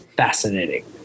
fascinating